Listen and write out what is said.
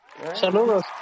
Saludos